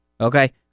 okay